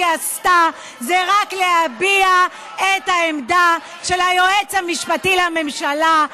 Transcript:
שכל מה שהיא עשתה זה רק להביע את העמדה של היועץ המשפטי לממשלה,